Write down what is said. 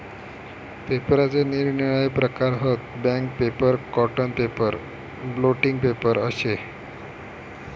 पेपराचे निरनिराळे प्रकार हत, bank paper, cotton paper, blotting paper अशे